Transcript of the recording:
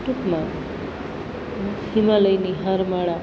ટૂંકમાં હિમાલયની હારમાળા